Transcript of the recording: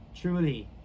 truly